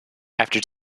after